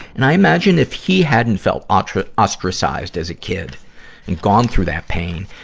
and i imagine if he hadn't felt otra, ostracized as a kid and gone through that pain,